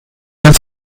als